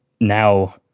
now